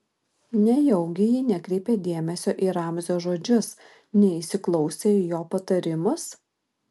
nejaugi ji nekreipė dėmesio į ramzio žodžius neįsiklausė į jo patarimus